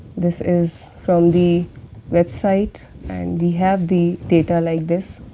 this is from the website and we have the data like this.